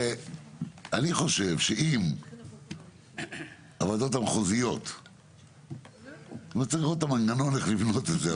אני חושב שאם הוועדות המחוזיות מציירות את המנגנון איך לבנות את זה,